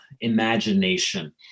Imagination